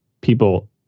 people